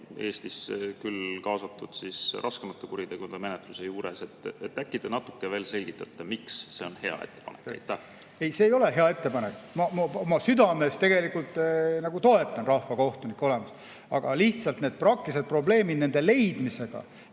Eestis küll kaasatakse raskemate kuritegude menetlemisse. Äkki te natuke veel selgitate, miks see on hea ettepanek? Ei, see ei ole hea ettepanek. Ma oma südames tegelikult toetan rahvakohtunike olemasolu, aga lihtsalt need praktilised probleemid nende leidmisega